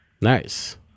Nice